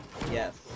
Yes